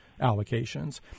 allocations